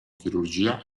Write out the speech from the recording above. chirurgia